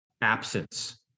absence